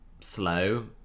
slow